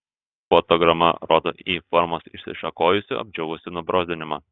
fotograma rodo y formos išsišakojusį apdžiūvusį nubrozdinimą